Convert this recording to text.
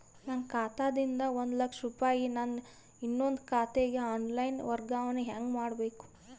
ನನ್ನ ಖಾತಾ ದಿಂದ ಒಂದ ಲಕ್ಷ ರೂಪಾಯಿ ನನ್ನ ಇನ್ನೊಂದು ಖಾತೆಗೆ ಆನ್ ಲೈನ್ ವರ್ಗಾವಣೆ ಹೆಂಗ ಮಾಡಬೇಕು?